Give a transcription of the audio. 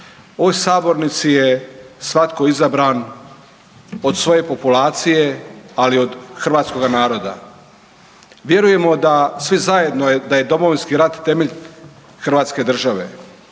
ovoj sabornici je svatko izabran od svoje populacije ali od hrvatskoga naroda. Vjerujemo da, svi zajedno da je Domovinski rat temelj hrvatske države,